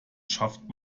schafft